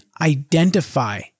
identify